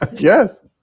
Yes